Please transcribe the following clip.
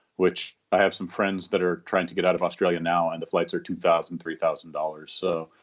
which, i have some friends that are trying to get out of australia now and the flights are two thousand three thousand dollars. so,